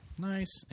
Nice